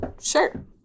Sure